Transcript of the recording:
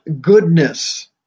goodness